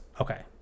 Okay